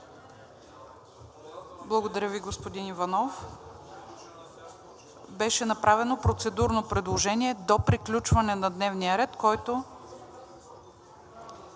Благодаря Ви, господин Иванов. Беше направено процедурно предложение до приключване на дневния ред, който